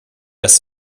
dass